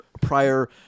prior